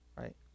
right